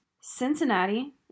Cincinnati